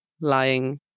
lying